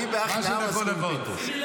אמרו לנו שאנחנו --- אני בהכנעה מסכים עם פינדרוס,